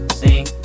sing